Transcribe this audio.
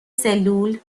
سلول